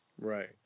right